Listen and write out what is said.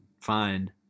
fine